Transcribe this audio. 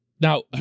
Now